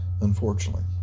unfortunately